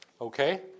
Okay